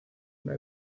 una